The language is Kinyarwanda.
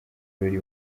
birori